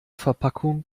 verpackung